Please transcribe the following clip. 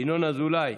ינון אזולאי,